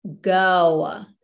go